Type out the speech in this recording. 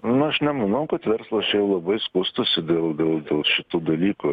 na aš nemanau kad verslas labai skųstųsi dėl dėl dėl šitų dalykų